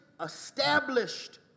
established